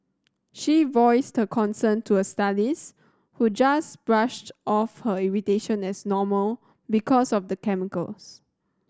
she voiced concern to her stylist who just brushed off her irritation as normal because of the chemicals